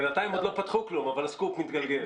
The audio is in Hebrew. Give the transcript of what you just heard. בינתיים עוד לא פתחו כלום, אבל הסקופ מתגלגל.